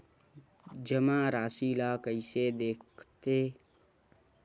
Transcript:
जमा राशि ला कइसे देखथे?